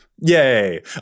Yay